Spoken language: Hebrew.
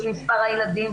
של מספר הילדים?